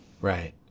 Right